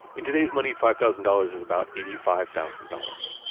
in today's money, five thousand dollars is about eighty five thousand dollars,